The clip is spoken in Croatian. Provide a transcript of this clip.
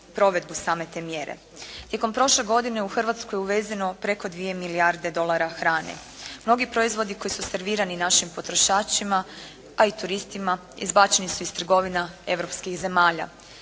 Tijekom prošle godine u Hrvatskoj je uvezeno preko 2 milijarde dolara harane. Mnogi proizvodi koji su servirani našim potrošačima, pa i turistima izbačeni su iz trgovina europskih zemlja.